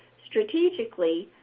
strategically,